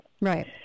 Right